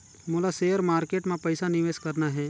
मोला share market मां पइसा निवेश करना हे?